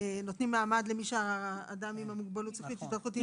נותנים מעמד למי שעם מוגבלות שכלית-התפתחותית.